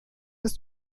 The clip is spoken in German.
ist